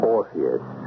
Orpheus